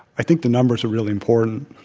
i think the numbers are really important.